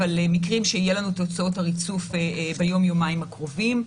אבל מקווים שיהיו לנו תוצאות הריצוף ביום-יומיים הקרובים.